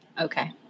okay